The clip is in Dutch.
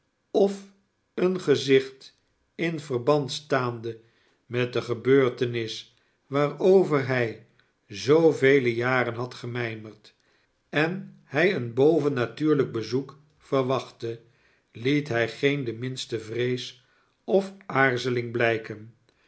of een gezicht in verband staande met de gebeurtenis waarover hij zoovele jaren had gemijmerd en hij een bovenatuurlijk bezoekverwachtte liet hij geen de minste vrees of aarzeling blijken